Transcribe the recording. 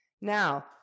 Now